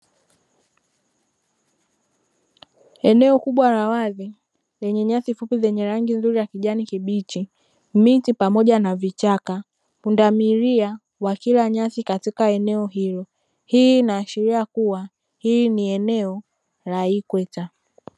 Eneo kubwa la wazi lenye nyasi fupi zenye rangi nzuri ya kijani kibichi, miti pamoja na vichaka, pundamilia wa kila nyasi katika eneo hilo; hii inaashiria kuwa hili ni eneo la ikweta.